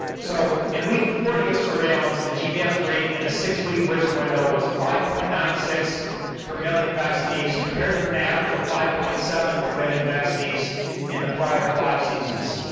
so in week forty of surveillance the gbs rate in a six-week risk window was five point nine six per million vacinees compared to an average of five point seven per million vacinees in the prior five seasons.